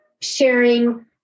sharing